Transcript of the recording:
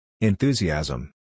Enthusiasm